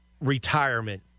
retirement